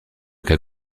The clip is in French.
cas